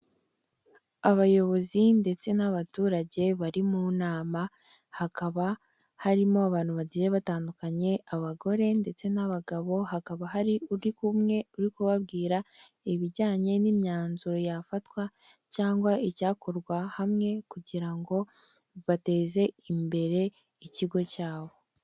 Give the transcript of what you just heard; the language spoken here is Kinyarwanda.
Abayobozi ndetse n'abaturage bari mu nama, hakaba harimo abantu bagiye batandukanye abagore ndetse n'abagabo, hakaba hari uri kumwe uri kubabwira ibijyanye n'imyanzuro yafatwa cyangwa icyakorwa hamwe kugira ngo bateze imbere ikigo cyabo.